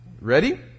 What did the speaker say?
Ready